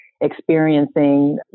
experiencing